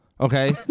Okay